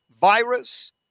virus